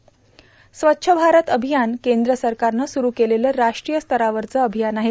स्वच्छ भारत अभियान केंद्र सरकारनं सुरू केलेलं राष्ट्रीय स्तरावरचं अभियानं आहे